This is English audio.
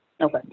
Okay